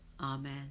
Amen